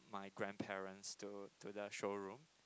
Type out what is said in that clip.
my grandparents to to the showroom